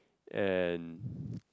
and